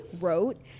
wrote